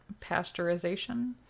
pasteurization